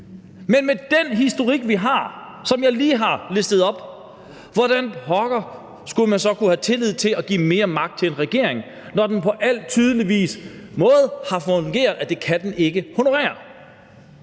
men med den historik, vi har, og som jeg lige har listet op, hvordan pokker skulle man så kunne have tillid til at give mere magt til en regering, når den på al tydelig måde har vist, at det kan den ikke honorere?